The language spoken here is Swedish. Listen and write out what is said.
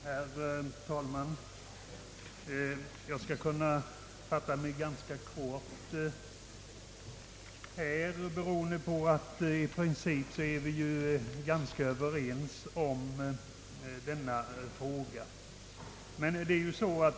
Herr talman! Jag kan fatta mig ganska kort, beroende på att vi inom utskottet i princip är ganska överens om denna fråga.